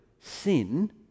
sin